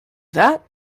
that